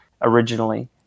originally